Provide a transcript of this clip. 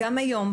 גם היום,